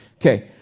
Okay